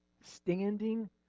standing